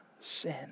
sin